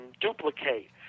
duplicate